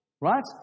Right